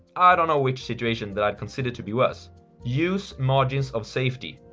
i don't know which situation that i'd consider to be worse use margins of safety!